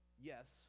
Yes